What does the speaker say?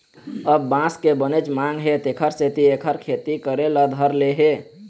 अब बांस के बनेच मांग हे तेखर सेती एखर खेती करे ल धर ले हे